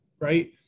Right